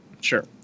Sure